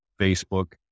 facebook